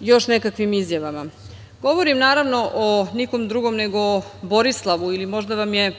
još nekakvim izjavama. Govorim, naravno, o nikom drugom nego o Borislavu, ili možda vam je